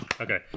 Okay